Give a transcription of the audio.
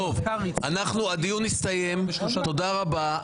טוב, הדיון הסתיים, תודה רבה.